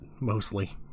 mostly